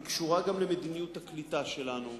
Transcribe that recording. היא קשורה גם למדיניות הקליטה שלנו,